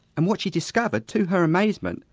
and what she discovered, to her amazement,